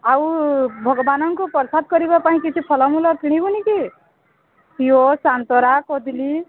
ଆଉ ଭଗବାନକୁ ପର୍ସାଦ କରିବା ପାଇଁ କିଛି ଫଲଫୁଲ କିଣିବୁନି କି ଘିଓ ସାନ୍ତରା କଦଲୀ